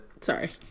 Sorry